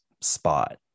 spot